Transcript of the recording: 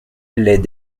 les